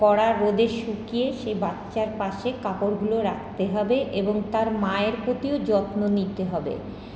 কড়া রোদে শুকিয়ে সেই বাচ্চার পাশে কাপড়গুলো রাখতে হবে এবং তার মায়ের প্রতিও যত্ন নিতে হবে